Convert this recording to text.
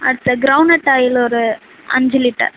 அடுத்து groundnut oil ஒரு அஞ்சு லிட்டர்